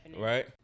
right